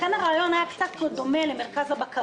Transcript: לכן הרעיון היה דומה במקצת למרכז הבקרה